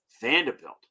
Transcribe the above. Vanderbilt